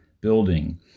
building